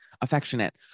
affectionate